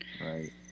Right